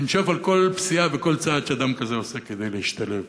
לנשוף על כל פסיעה וכל צעד שאדם כזה עושה כדי להשתלב,